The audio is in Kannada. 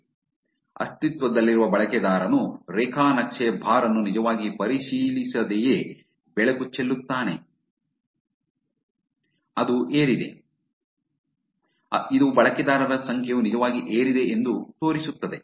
ಆದ್ದರಿಂದ ಅಸ್ತಿತ್ವದಲ್ಲಿರುವ ಬಳಕೆದಾರನು ರೇಖಾ ನಕ್ಷೆ ಬಾರ್ ಅನ್ನು ನಿಜವಾಗಿ ಪರಿಶೀಲಿಸದೆಯೇ ಬೆಳಕು ಚೆಲ್ಲುತ್ತಾನೆ ಅದು ಏರಿದೆ ಇದು ಬಳಕೆದಾರರ ಸಂಖ್ಯೆಯು ನಿಜವಾಗಿ ಏರಿದೆ ಎಂದು ತೋರಿಸುತ್ತದೆ